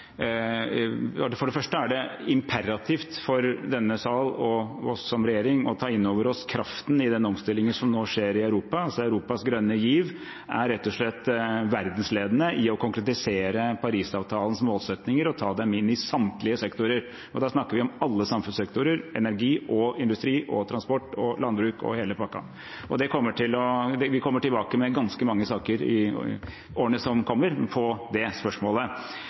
det for det første er imperativt for denne sal og oss som regjering å ta inn over oss kraften i den omstillingen som nå skjer i Europa. Europas grønne giv er rett og slett verdensledende i å konkretisere Parisavtalens målsetninger og ta dem inn i samtlige sektorer. Da snakker vi om alle samfunnssektorer; energi, industri, transport, landbruk og hele pakken. Vi kommer tilbake med ganske mange saker i årene som kommer på det spørsmålet.